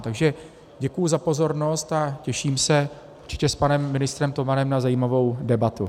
Takže děkuji za pozornost a těším se určitě s panem ministrem Tomanem na zajímavou debatu.